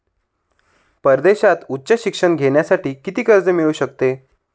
परदेशात उच्च शिक्षण घेण्यासाठी किती कर्ज मिळू शकते?